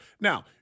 Now